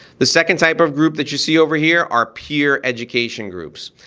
the second type of group that you see over here are peer education groups.